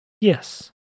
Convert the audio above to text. Yes